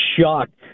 shocked